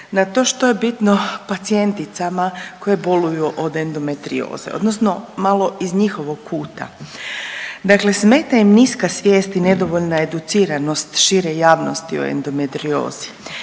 na to što je bitno pacijenticama koje boluju od endometrioze, odnosno malo iz njihovog kuta. Dakle, smeta im niska svijest i nedovoljna educiranost šire javnosti o endometriozi,